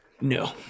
No